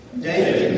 David